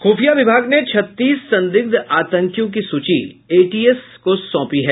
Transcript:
खुफिया विभाग ने छत्तीस संदिग्ध आतंकियों की सूचीएटीएस को सौंपी है